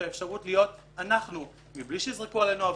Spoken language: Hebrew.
האפשרות להיות אנחנו בלי שיזרקו עלינו אבנים,